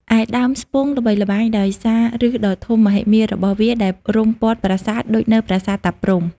ឯដើមស្ពង់ល្បីល្បាញដោយសារ ឫសដ៏ធំមហិមារបស់វាដែលរុំព័ទ្ធប្រាសាទ ដូចនៅប្រាសាទតាព្រហ្ម។